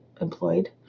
employed